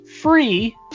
free